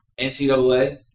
NCAA